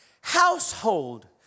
household